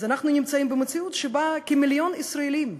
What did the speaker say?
אז אנחנו נמצאים במציאות שבה כמיליון ישראלים,